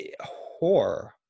horror